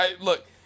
Look